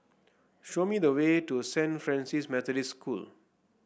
show me the way to Saint Francis Methodist School